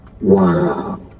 Wow